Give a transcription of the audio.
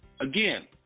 Again